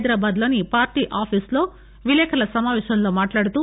హైదరాబాద్ లోని party office లో విలేకరుల సమాపేశంలో మాట్లాడుతూ